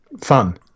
fun